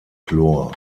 chlor